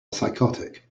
psychotic